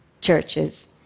churches